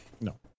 No